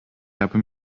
habe